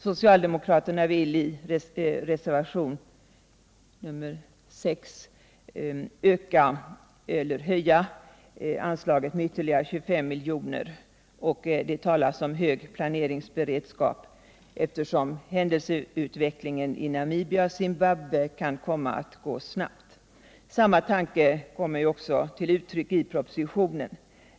Socialdemokraterna vill i reservationen 6 höja anslaget med ytterligare 25 milj.kr., och det talas om hög planeringsberedskap, eftersom händelseutvecklingen i Namibia och Zimbabwe kan komma att gå snabbt. Samma tanke kommer till uttryck i propositionen.